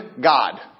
God